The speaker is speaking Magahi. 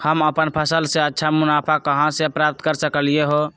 हम अपन फसल से अच्छा मुनाफा कहाँ से प्राप्त कर सकलियै ह?